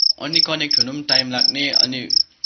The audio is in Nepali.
अनि कनेक्ट हुनु पनि टाइम लाग्ने अनि